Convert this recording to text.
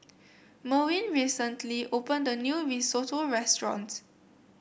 Merwin recently opened a new Risotto restaurant